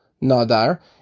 nadar